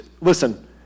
listen